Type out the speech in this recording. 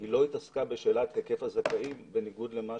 היא לא התעסקה בשאלת היקף הזכאים בניגוד למה